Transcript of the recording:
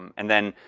and then,